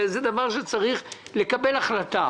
זה דבר שצריך לקבל בו החלטה.